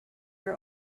are